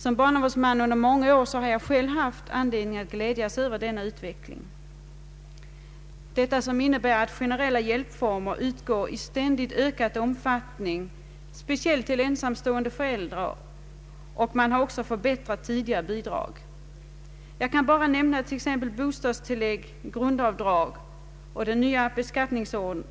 Som barnavårdsman under många år har jag haft anledning att glädjas över denna utveckling. Den innebär att generella hjälpformer utgår i ständigt ökad omfattning, speciellt till ensamstående föräldrar. Man har också förbättrat tidigare bidrag. Som exempel kan jag nämna bostadstillägg, grundavdrag vid den nya beskattningen